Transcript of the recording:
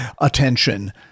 attention